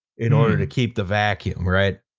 in order to keep the vacuum, right?